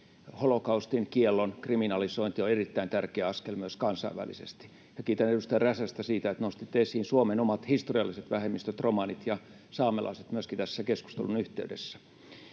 holokaustin kiellon kriminalisointi on erittäin tärkeä askel myös kansainvälisesti. Ja kiitän edustaja Räsästä siitä, että nostitte esiin Suomen omat historialliset vähemmistöt, romanit ja saamelaiset, myöskin tämän keskustelun yhteydessä.